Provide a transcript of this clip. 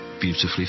beautifully